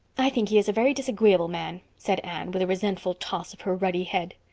i think he is a very disagreeable man, said anne, with a resentful toss of her ruddy head.